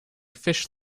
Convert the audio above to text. fish